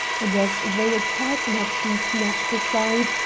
and as though a curtain had been snatched aside,